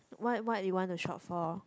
what what you want to shop for